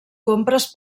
compres